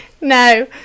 No